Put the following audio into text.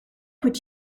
what